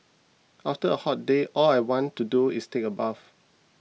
after a hot day all I want to do is take a bath